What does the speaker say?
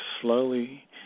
slowly